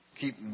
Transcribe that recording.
keep